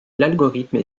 l’algorithme